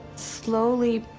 slowly,